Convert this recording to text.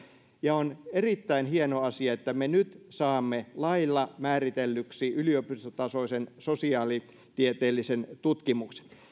ja on erittäin hieno asia että me nyt saamme lailla määritellyksi yliopistotasoisen sosiaalitieteellisen tutkimuksen